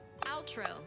Outro